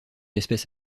espèce